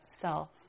self